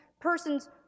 persons